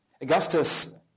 Augustus